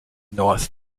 north